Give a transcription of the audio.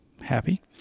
happy